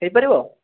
ହୋଇପାରିବ